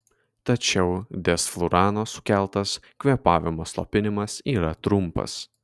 tačiau desflurano sukeltas kvėpavimo slopinimas yra trumpas